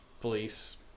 police